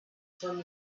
from